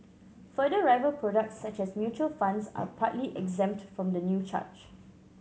further rival products such as mutual funds are partly exempt from the new charge